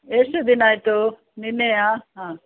ಎಷ್ಟು ದಿನ ಆಯಿತು ನಿನ್ನೆಯಾ ಹಾಂ